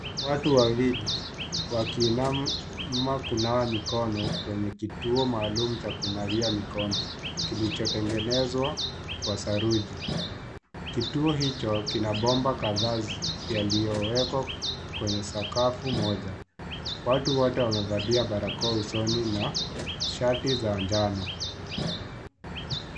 Watu wawili wakiinama kunawa mikono kwenye kituo maalum cha kunawia mikono , kilichotengenezwa kwa saruji. Kituo hicho kina bomba kadhaa yaliyowekwa kwenye sakafu moja. Watu wote wamevalia barakoa usoni na shati za njano.